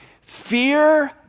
Fear